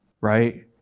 Right